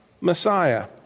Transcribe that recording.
Messiah